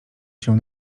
się